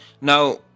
now